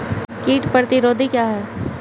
कीट प्रतिरोधी क्या है?